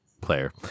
player